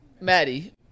Maddie